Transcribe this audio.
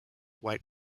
white